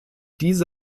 diese